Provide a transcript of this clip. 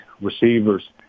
receivers